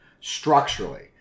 structurally